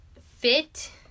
fit